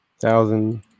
thousand